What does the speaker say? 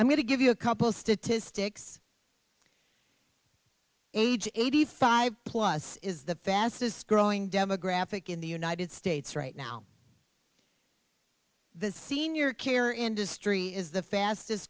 i'm going to give you a couple statistics age eighty five plus is the fastest growing demographic in the united states right now the senior care industry is the fastest